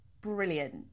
brilliant